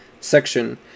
Section